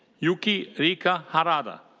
yuki rica harada.